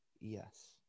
yes